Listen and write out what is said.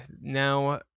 now